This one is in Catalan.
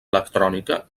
electrònica